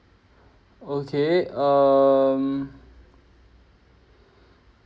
okay um